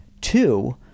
Two